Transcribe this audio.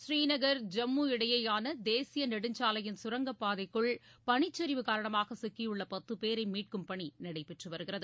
ஸ்ரீநகர் ஜம்மு இடையேயான தேசிய நெடுஞ்சாலையின் சுரங்கப்பாதைக்குள் பனிச்சரிவு காரணமாக சிக்கியுள்ள பத்து பேரை மீட்க்கும் பணி நடைபெற்றுவருகிறது